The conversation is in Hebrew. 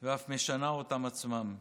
ואף משנה אותם עצמם.